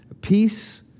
peace